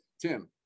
Tim